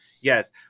yes